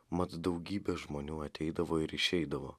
mat daugybė žmonių ateidavo ir išeidavo